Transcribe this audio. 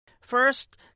First